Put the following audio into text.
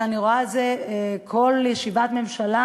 אלא אני רואה את זה בכל ישיבת ממשלה,